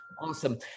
awesome